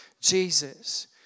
Jesus